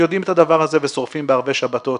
יודעים את הדבר הזה ושורפים בערבי שבתות.